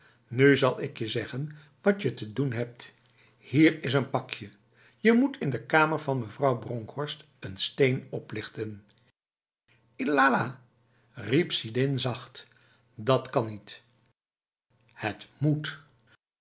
nu zal ik je zeggen watje te doen hebt hier is een pakje je moet in de kamer van mevrouw bronkhorst een steen oplichtenf llahlahf riep sidin zacht dat kan nietf het moetf